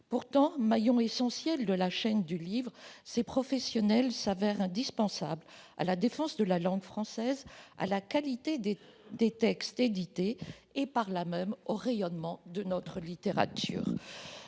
Pourtant, maillon essentiel de la chaîne du livre, ces professionnels se révèlent indispensables à la défense de la langue française, à la qualité des textes édités et, par là même, au rayonnement de notre littérature.